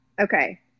Okay